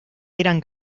eran